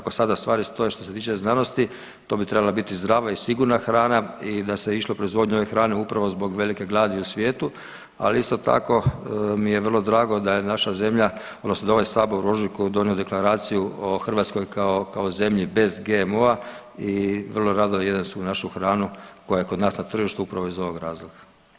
Naravno kako sada stvari stoje što se tiče znanosti to bi trebala biti zdrava i sigurna hrane i da se išlo u proizvodnju ove hrane upravo zbog velike glasi u svijetu, ali isto tako mi je vrlo drago da je naša zemlja odnosno ovaj sabor u ožujku donio Deklaraciju o Hrvatskoj kao zemlji bez GMO-a i vrlo rado jedem svu našu hranu koja je kod nas na tržištu upravo iz ovog razloga.